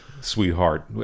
sweetheart